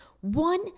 One